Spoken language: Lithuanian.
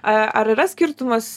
a ar yra skirtumas